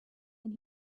and